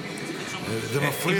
--- זה מפריע.